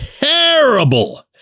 terrible